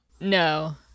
no